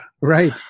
Right